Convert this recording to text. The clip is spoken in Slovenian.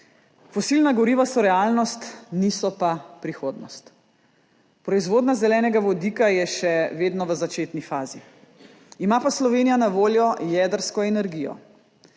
Fosilna goriva so realnost, niso pa prihodnost. Proizvodnja zelenega vodika je še vedno v začetni fazi, ima pa Slovenija na voljo jedrsko energijo.